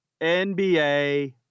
NBA